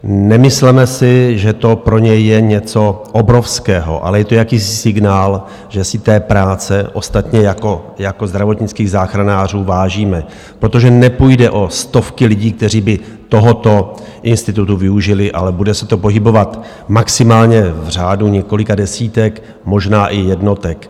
Nemysleme si, že to pro ně je něco obrovského, ale je to jakýsi signál, že si té práce ostatně jako u zdravotnických záchranářů vážíme, protože nepůjde o stovky lidí, kteří by tohoto institutu využili, ale bude se to pohybovat maximálně v řádu několika desítek, možná i jednotek.